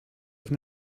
have